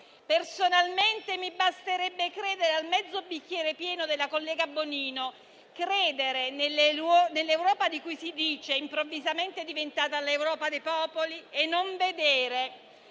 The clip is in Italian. Personalmente, mi basterebbe credere al mezzo bicchiere pieno della collega Bonino, credere nell'Europa di cui si dice, improvvisamente diventata l'Europa dei popoli, e non vedere,